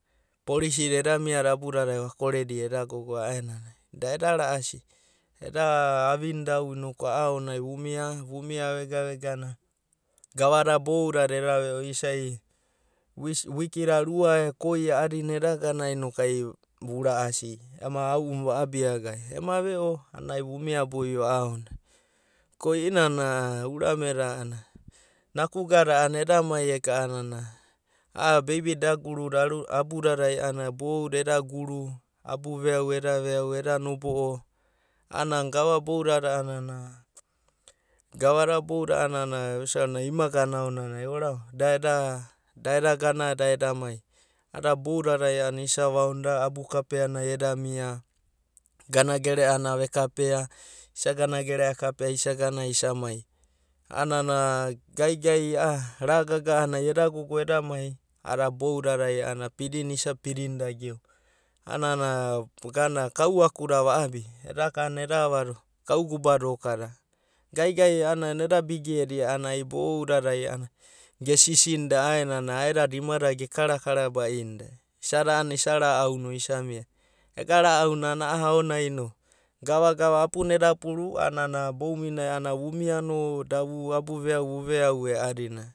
Policada eda mia da abuda dai vakoredia eda gogo daebabai, eda mia, da eda ra’asi, eda avinada ao nai noku eda mia gegana vegana gava da boudada eda veo naku, at list mi ki da rua e koi eda gana noku vura’asi ema aounai ava abi a gave, rema veo a’anana ai vunia boio a’a aonai, ko i’inana a’anana urame da naku gada eda mai eka’ana nai a’a bebi da eda guru da abuda dai eda guru, eda veau eda nobo. o, a’nana gava da boudadai, gava da boudadai a’anana imaga da ao dada, oraora da eda gana, da eda mai, a’ada da boudadai a’anana isa vaono da abukapea nai eda mia, gana gerea ana vekapea, isa gana gorea kape isa gana, isa mai. Gaigai a’a nana gaga’a anai eda mai a’anana, a’adada boudada pidinai isa pidi nida. A’anana kau aku va’abi da.